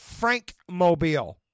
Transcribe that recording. Frankmobile